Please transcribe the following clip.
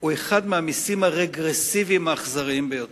הוא אחד המסים הרגרסיביים האכזריים ביותר.